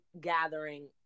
gathering